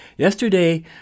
Yesterday